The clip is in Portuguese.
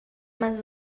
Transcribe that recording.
mas